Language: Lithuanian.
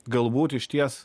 galbūt išties